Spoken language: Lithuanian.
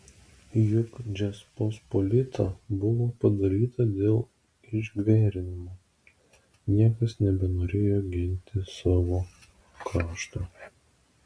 juk žečpospolita buvo padalyta dėl išgverimo niekas nebenorėjo ginti savo krašto